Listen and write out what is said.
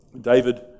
David